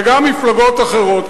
וגם מפלגות אחרות,